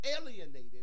alienated